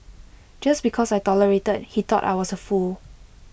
just because I tolerated he thought I was A fool